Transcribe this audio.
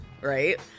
right